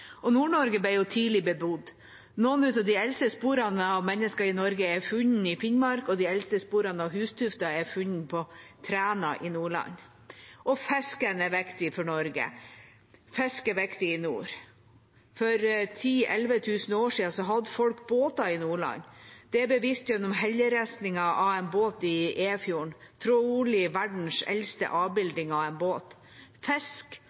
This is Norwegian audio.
tidlig bebodd. Noen av de eldste sporene av mennesker i Norge er funnet i Finnmark, og de eldste sporene av hustufter er funnet på Træna i Nordland. Fisken er viktig for Norge. Fisk er viktig i nord. For 10 000–11 000 år siden hadde folk båter i Nordland. Det er bevist gjennom helleristninger av en båt i Efjorden, trolig verdens eldste avbildning av en båt. Fisk